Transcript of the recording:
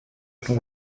after